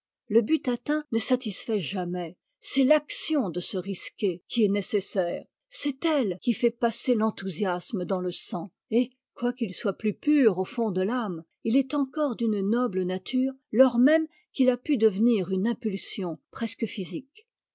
le but atteint ne satisfait jamais c'est l'action de se risquer qui est nécessaire c'est elle qui fait passer l'enthousiasme dans le sang et quoiqu'il il soit plus pur au fond de l'âme il est encore d'une noble nature lors même qu'il a pu devenir une impulsion presque physique